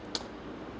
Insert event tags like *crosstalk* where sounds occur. *noise*